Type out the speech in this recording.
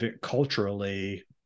culturally